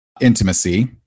intimacy